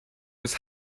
was